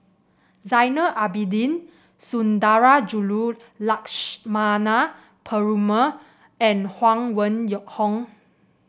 Zainal Abidin Sundarajulu Lakshmana Perumal and Huang Wen Hong